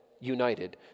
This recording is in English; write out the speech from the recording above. United